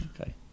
Okay